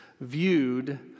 viewed